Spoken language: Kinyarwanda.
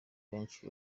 benshi